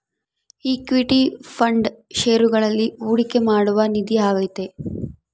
equity fund ಷೇರುಗಳಲ್ಲಿ ಹೂಡಿಕೆ ಮಾಡುವ ನಿಧಿ ಆಗೈತೆ